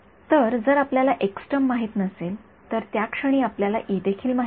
तर जर आपल्याला एक्स टर्म माहित नसेल तर त्या क्षणी आपल्याला इ देखील माहित नाही